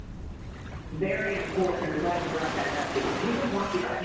very important, i'm glad you brought that up because we don't want you to, i mean,